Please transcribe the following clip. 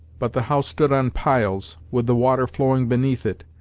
but the house stood on piles, with the water flowing beneath it,